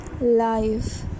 life